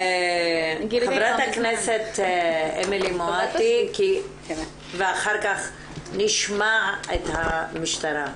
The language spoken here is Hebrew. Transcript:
חברת הכנסת אמילי מואטי ואחר כך נשמע את המשטרה.